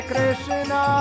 Krishna